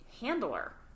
handler